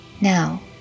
Now